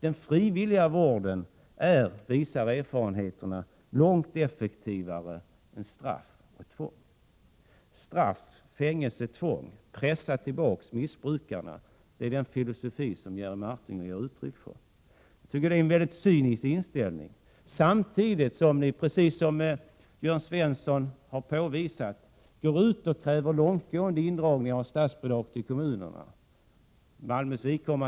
Den frivilliga vården är, enligt vad erfarenheterna visar, långt effektivare än straff och tvång. Den filosofi som Jerry Martinger ger uttryck för är att man genom att straff, fängelse och tvång skall pressa tillbaka missbrukarna. Jag tycker att det är en mycket cynisk inställning. Samtidigt kräver ni, som Jörn Svensson påvisade, långtgående indragningar av kommunernas statsbidrag.